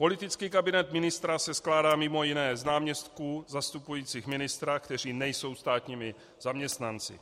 Politický kabinet ministra se skládá mimo jiné z náměstků zastupujících ministra, kteří nejsou státními zaměstnanci.